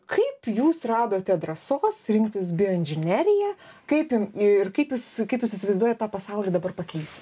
kaip jūs radote drąsos rinktis bioinžineriją kaip ir kaip jūs kaip jūs įsivaizduojat tą pasaulį dabar pakeisit